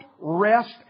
rest